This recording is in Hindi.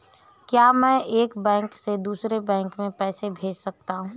क्या मैं एक बैंक से दूसरे बैंक में पैसे भेज सकता हूँ?